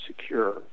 secure